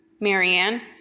Marianne